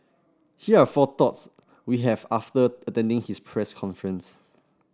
here are four thoughts we have after attending his press conference